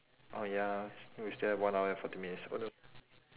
oh ya we sti~ we still have one hour and forty minutes oh no